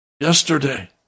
yesterday